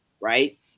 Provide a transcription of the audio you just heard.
right